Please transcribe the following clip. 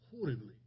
horribly